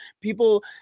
people